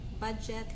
budget